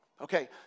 Okay